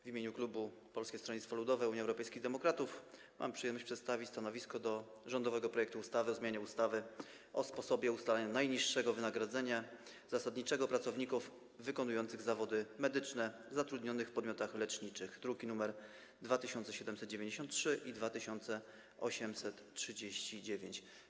W imieniu klubu Polskiego Stronnictwa Ludowego - Unii Europejskich Demokratów mam przyjemność przedstawić stanowisko co do rządowego projektu ustawy o zmianie ustawy o sposobie ustalania najniższego wynagrodzenia zasadniczego pracowników wykonujących zawody medyczne zatrudnionych w podmiotach leczniczych, druki nr 2793 i 2839.